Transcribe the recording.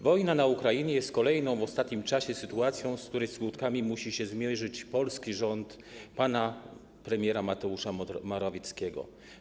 Wojna na Ukrainie jest kolejną w ostatnim czasie sytuacją, z której skutkami musi się zmierzyć polski rząd pana premiera Mateusza Morawieckiego.